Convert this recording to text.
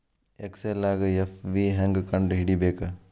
ಎಕ್ಸೆಲ್ದಾಗ್ ಎಫ್.ವಿ ಹೆಂಗ್ ಕಂಡ ಹಿಡಿಬೇಕ್